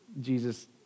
Jesus